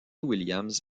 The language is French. williams